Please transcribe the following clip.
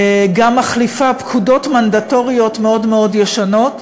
גם מחליפה פקודות מנדטוריות מאוד מאוד ישנות.